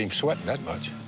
you know sweating that much.